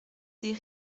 des